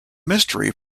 mystery